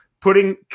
Putting